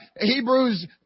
Hebrews